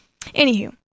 Anywho